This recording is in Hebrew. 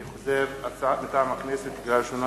אני חוזר: הצעה מטעם הכנסת לקריאה ראשונה,